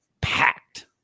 Packed